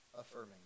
affirming